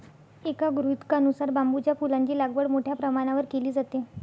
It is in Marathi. एका गृहीतकानुसार बांबूच्या फुलांची लागवड मोठ्या प्रमाणावर केली जाते